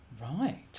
Right